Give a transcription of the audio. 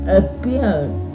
appeared